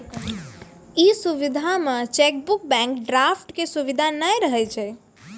इ सुविधा मे चेकबुक, बैंक ड्राफ्ट के सुविधा नै रहै छै